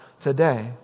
today